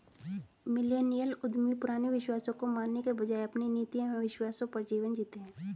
millennial उद्यमी पुराने विश्वासों को मानने के बजाय अपने नीति एंव विश्वासों पर जीवन जीते हैं